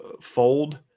fold